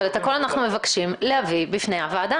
אבל את הכול אנחנו מבקשים להביא בפני הוועדה,